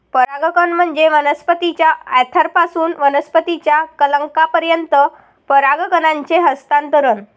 परागकण म्हणजे वनस्पतीच्या अँथरपासून वनस्पतीच्या कलंकापर्यंत परागकणांचे हस्तांतरण